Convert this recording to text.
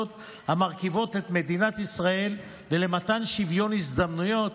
המרכיבות את מדינת ישראל ולמתן שוויון הזדמנויות,